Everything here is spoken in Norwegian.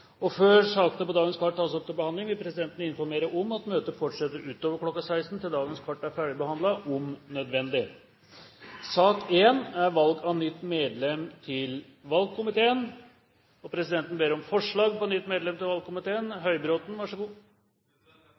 måte. Før sakene på dagens kart tas opp til behandling, vil presidenten informere om at møtet om nødvendig fortsetter utover kl. 16 til dagens kart er ferdigbehandlet. Presidenten ber om forslag på nytt medlem til valgkomiteen.